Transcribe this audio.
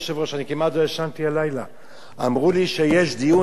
אמרו לי שיש דיון דחוף בערוץ-10 בכנסת ישראל,